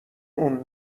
اون